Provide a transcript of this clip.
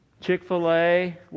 Chick-fil-A